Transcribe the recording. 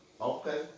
Okay